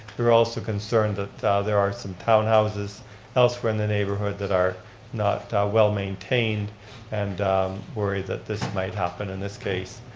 they're also concerned that there are some townhouses elsewhere in the neighborhood that are not well maintained and worried that this might happen in this case.